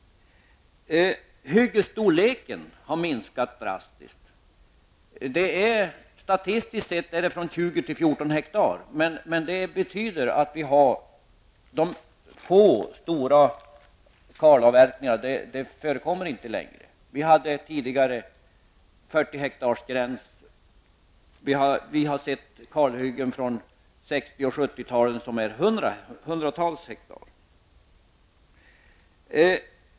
Hyggesstorleken har alltså minskat drastiskt -- statistiskt från 20 till 14 ha. Det betyder att det inte längre förekommer några stora kalavverkningar. Gränsen gick tidigare vid 40 ha. Men vi har sett kalhyggen från 60 och 70-talen på hundratals hektar.